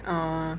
uh